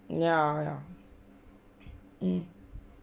ya ya mm